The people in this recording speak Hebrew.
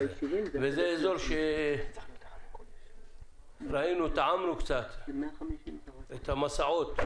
זה אזור שראינו, טעמנו קצת את המסעות.